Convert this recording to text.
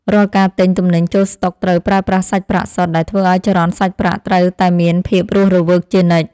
រាល់ការទិញទំនិញចូលស្តុកត្រូវប្រើប្រាស់សាច់ប្រាក់សុទ្ធដែលធ្វើឱ្យចរន្តសាច់ប្រាក់ត្រូវតែមានភាពរស់រវើកជានិច្ច។